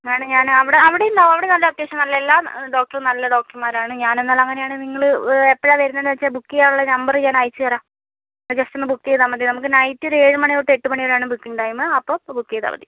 എന്നാണ് ഞാൻ അവിടെ അവിടെയുണ്ടാകും അവിടെ നല്ല അത്യാവശ്യം നല്ല എല്ലാ ഡോക്ടറും നല്ല ഡോക്ടർമാരാണ് ഞനെന്നാൽ അങ്ങനെയാണേൽ നിങ്ങൾ എപ്പോഴാണ് വരുന്നതെന്ന് വെച്ചാൽ ബുക്ക് ചെയ്യാനുള്ള നമ്പർ ഞാൻ അയച്ച് തരാം അപ്പം ജസ്റ്റ് ഒന്ന് ബുക്ക് ചെയ്താൽ മതി നമുക്ക് നൈറ്റ് ഒരു ഏഴു മണി തൊട്ട് എട്ടു മണി വരെയാണ് ബുക്കിങ് ടൈം അപ്പോൾ ബുക്ക് ചെയ്താൽ മതി